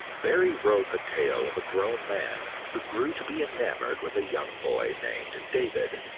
barrie wrote the tale of a grown man who grew to be enamored with a young boy named david,